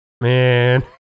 man